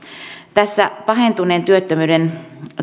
tässä pahentuneen työttömyyden